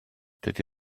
dydy